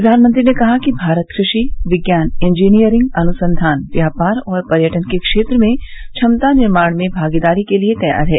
प्रधानमंत्री ने कहा कि भारत कृषि विज्ञान इंजीनियरिंग अनुसंधान व्यापार और पर्यटन के क्षेत्र में क्षमता निर्माण में भागीदारी के लिए तैयार है